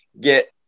get